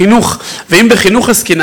ואם בחינוך עסקינן,